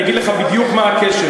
אני אגיד לך בדיוק מה הקשר.